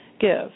give